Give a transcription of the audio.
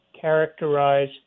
characterize